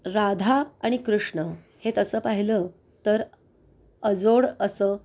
राधा आणि कृष्ण हे तसं पाहिलं तर अजोड असं